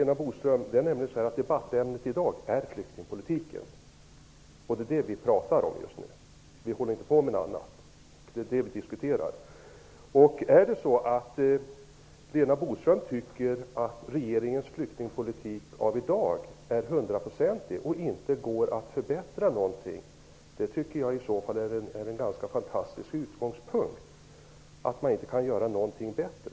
Fru talman! Vårt debattämne är flyktingpolitiken, och vi talar just nu inte om något annat. Om Lena Boström tycker att regeringens flyktingpolitik av i dag är hundraprocentigt perfekt och inte går att förbättra, tycker jag att hon har en ganska fantastisk utgångspunkt. Det skulle inte finns någonting som kan göras bättre.